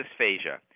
dysphagia